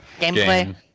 gameplay